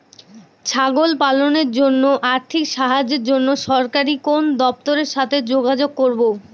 ছাগল পালনের জন্য আর্থিক সাহায্যের জন্য সরকারি কোন দপ্তরের সাথে যোগাযোগ করব?